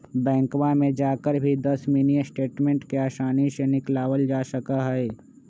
बैंकवा में जाकर भी दस मिनी स्टेटमेंट के आसानी से निकलवावल जा सका हई